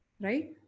Right